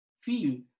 feel